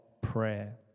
prayer